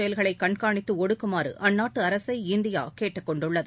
செயல்களைக் கண்ணகாணித்து ஒடுக்குமாறு அந்நாட்டு அரசை இந்தியா கேட்டுக்கொண்டுள்ளது